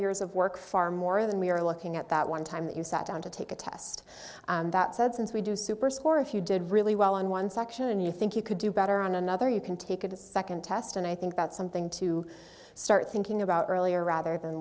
years of work far more than we are looking at that one time that you sat down to take a test that said since we do superstore if you did really well on one section and you think you could do better on another you can take it to second test and i think that's something to start thinking about earlier rather than